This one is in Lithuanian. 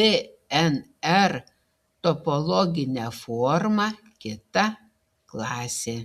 dnr topologinę formą kita klasė